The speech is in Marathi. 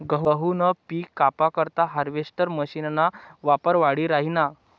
गहूनं पिक कापा करता हार्वेस्टर मशीनना वापर वाढी राहिना